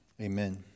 Amen